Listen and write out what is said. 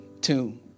tomb